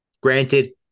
Granted